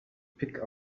pick